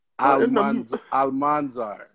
Almanzar